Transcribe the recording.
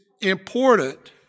important